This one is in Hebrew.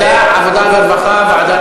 ועדת